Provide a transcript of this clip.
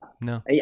No